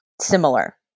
similar